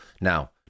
Now